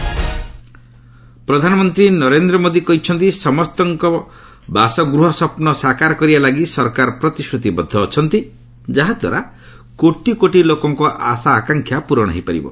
PM urban mission ପ୍ରଧାନମନ୍ତ୍ରୀ ନରେନ୍ଦ୍ର ମୋଦି କହିଛନ୍ତି ସମସ୍ତଙ୍କ ବାସଗୃହର ସ୍ୱପ୍ନ ସାକାର କରିବା ଲାଗି ସରକାର ପ୍ରତିଶ୍ରତିବଦ୍ଧ ଅଛନ୍ତି ଯାହାଦ୍ୱାରା କୋଟିକୋଟି ଲୋକଙ୍କ ଆଶା ଆକାଂକ୍ଷା ପୂରଣ ହୋଇପାରିବ